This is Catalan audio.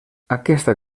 aquesta